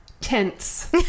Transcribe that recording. tense